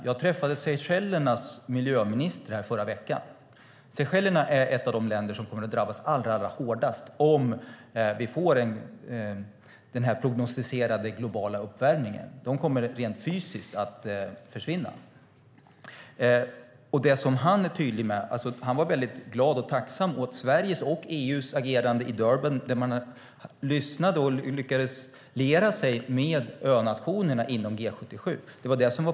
Jag träffade Seychellernas miljöminister förra veckan. Seychellerna är ett av de länder som kommer att drabbas allra hårdast om vi får den prognostiserade globala uppvärmningen. Det kommer att försvinna rent fysiskt. Han var tydlig med att han är väldigt glad och tacksam över Sveriges och EU:s agerande i Durban, där man lyssnade och lyckades liera sig med önationerna inom G77.